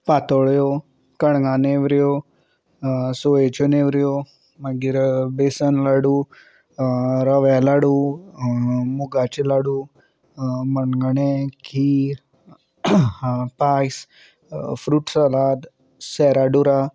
पातोळ्यो कणगां नेवऱ्यो सोयेच्यो नेवऱ्यो मागीर बेसन लाडू रव्या लाडू मुगाच्य लाडू मणगणें खीर पायस फ्रूट सालाद सेराडुरा